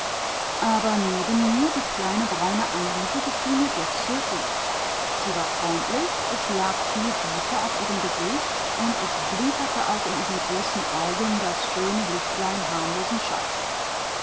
aber neben mir die kleine braune anneliese gefiel mir doch sehr gut sie war freundlich es lag viel güte auf ihrem gesicht und es blinkerte auch in ihren großen augen das schöne